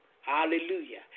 Hallelujah